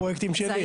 לפרויקטים שלי.